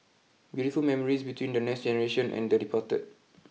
beautiful memories between the next generation and the departed